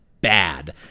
Bad